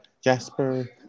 Jasper